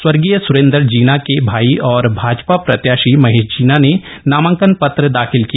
स्वर्गीय सुरेन्द्र जीना के भाई और भाजपा प्रत्याशी महेश जीना ने नामांकन पत्र दाखिल किया